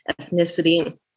ethnicity